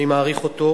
אני מעריך אותו.